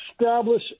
establish